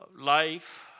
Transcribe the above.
life